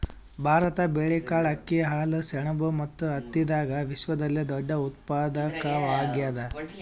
ಭಾರತ ಬೇಳೆಕಾಳ್, ಅಕ್ಕಿ, ಹಾಲು, ಸೆಣಬು ಮತ್ತು ಹತ್ತಿದಾಗ ವಿಶ್ವದಲ್ಲೆ ದೊಡ್ಡ ಉತ್ಪಾದಕವಾಗ್ಯಾದ